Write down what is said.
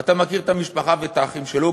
ואתה מכיר את המשפחה ואת האחים שלו.